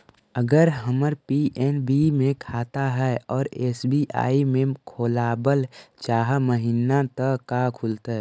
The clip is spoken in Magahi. अगर हमर पी.एन.बी मे खाता है और एस.बी.आई में खोलाबल चाह महिना त का खुलतै?